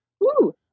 Woo